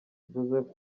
joseph